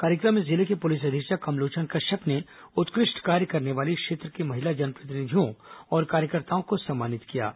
कार्यक्रम में जिले के पुलिस अधीक्षक कमलोचन कश्यप ने उत्कृष्ट कार्य करने वाली क्षेत्र की महिला जनप्रतिनिधियों और कार्यकर्ताओं को सम्मानित किया गया